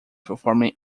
performing